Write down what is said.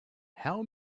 how